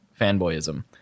Fanboyism